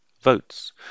votes